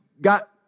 got